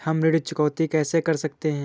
हम ऋण चुकौती कैसे कर सकते हैं?